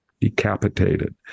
decapitated